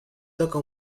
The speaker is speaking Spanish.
toca